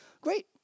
Great